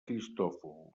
cristòfol